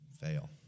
fail